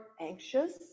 anxious